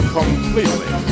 completely